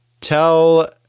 Tell